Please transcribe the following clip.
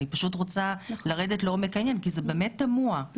אני פשוט רוצה לרדת לעומק העניין כי זה באמת תמוה.